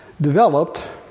developed